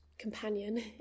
companion